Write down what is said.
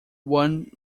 one